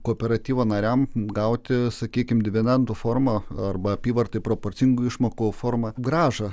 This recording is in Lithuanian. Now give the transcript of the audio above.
kooperatyvo nariam gauti sakykime dividendų forma arba apyvartai proporcingų išmoko forma grąžą